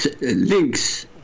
links